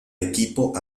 equipo